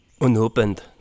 Unopened